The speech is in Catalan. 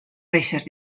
reixes